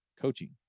coaching